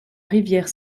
rivière